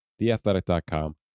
Theathletic.com